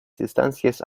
distancias